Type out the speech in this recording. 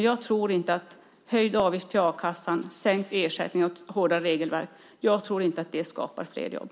Jag tror inte att höjd avgift till a-kassan, sänkt ersättning och ett hårdare regelverk skapar flera jobb.